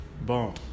boom